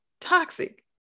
toxic